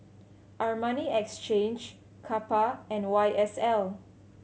Armani Exchange Kappa and Y S L